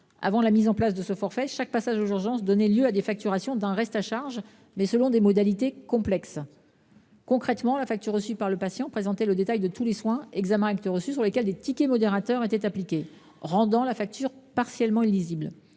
Avant sa mise en place, chaque passage aux urgences donnait lieu à des facturations d’un reste à charge, mais selon des modalités complexes. Concrètement, la facture reçue par le patient présentait le détail de tous les soins, examens et interventions pour lesquels le ticket modérateur était appliqué, rendant la facture partiellement illisible.